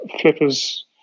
flipper's